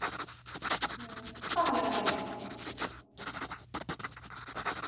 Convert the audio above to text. ᱚᱠᱟ ᱠᱷᱚᱱᱮᱢ ᱢᱮᱱᱮᱜᱼᱟ